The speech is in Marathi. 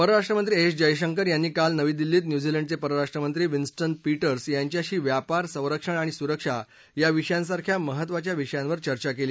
परराष्ट्रमंत्री एस जयशंकर यांनी काल नवी दिल्लीत न्यूझीलंडचे परराष्ट्रमंत्री विन्स्टन पीटर्स यांच्याशी व्यापार संरक्षण आणि सुरक्षा या विषयांसारख्या महत्त्वाच्या विषयांवर चर्चा केली